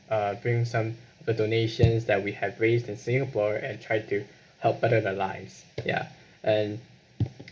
uh bring some the donations that we have raised in singapore and try to help better their lives ya and